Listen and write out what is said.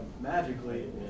magically